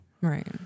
Right